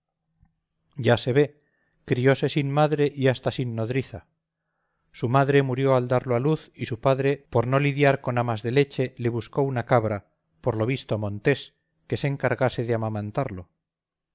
ya se ve criose sin madre y hasta sin nodriza su madre murió al darlo a luz y su padre por no lidiar con amas de leche le buscó una cabra por lo visto montés que se encargase de